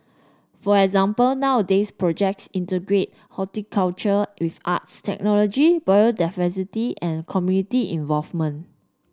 for example nowadays projects integrate horticulture with arts technology biodiversity and community involvement